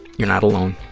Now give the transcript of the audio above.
you're not alone,